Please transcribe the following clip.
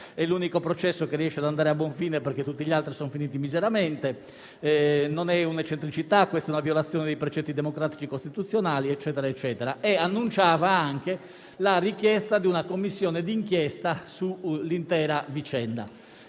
è l'unico processo che riesce ad andare a buon fine perché tutti gli altri sono finiti miseramente; (...) non è una eccentricità, questa è una violazione di tutti i precetti democratici costituzionali...», annunciando anche la richiesta di una Commissione di inchiesta sull'intera vicenda.